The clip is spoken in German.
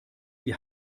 wir